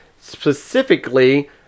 specifically